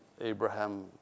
Abraham